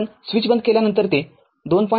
पण स्विच बंद केल्यानंतर ते २